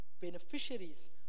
beneficiaries